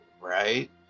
right